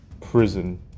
prison